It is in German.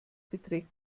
beträgt